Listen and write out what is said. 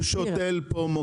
הוא שותל פה מוקש.